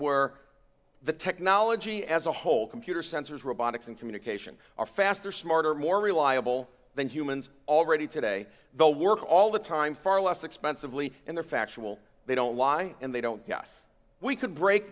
where the technology as a whole computer sensors robotics and communication are faster smarter more reliable than humans already today they'll work all the time far less expensively in the factual they don't lie and they don't yes we can break